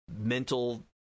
mental